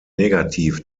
negativ